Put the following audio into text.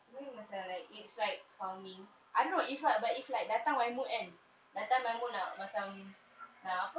to me macam like it's like calming I don't know if lah but if like datang my mood kan datang my mood nak macam nak apa